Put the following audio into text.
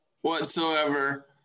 whatsoever